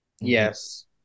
Yes